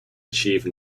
achieve